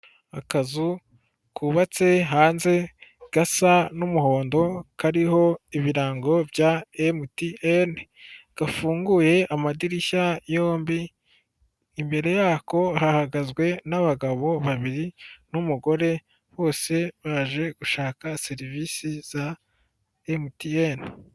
Akazu kubabatse hanze gasa n'umuhondo, kariho ibirango bya MTN, gafunguye amadirishya yombi, imbere yako hahagazwe n'abagabo babiri n'umugore bose baje gushaka serivisi za MTN.